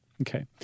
Okay